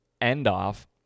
end-off